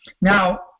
now